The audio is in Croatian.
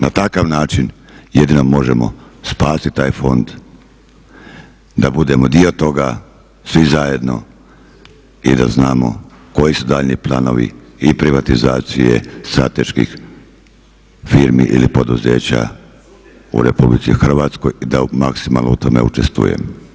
Na takav način jedino možemo spasiti taj fond da budemo dio toga, svi zajedno i da znamo koji su daljnji planovi i privatizacije strateških firmi ili poduzeća u RH da maksimalno u tome učestvujemo.